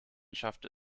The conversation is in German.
schaffte